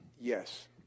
Yes